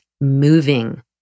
moving